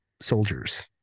soldiers